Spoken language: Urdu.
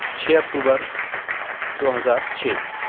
چھ اکتوبر دو ہزار چھ